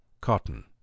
Cotton